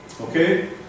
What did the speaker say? Okay